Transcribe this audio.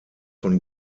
von